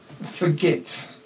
forget